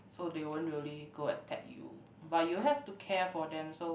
so they won't really go attack you but you have to care for them so